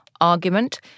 argument